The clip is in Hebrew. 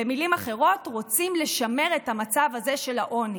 במילים אחרות, רוצים לשמר את המצב של העוני,